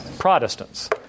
Protestants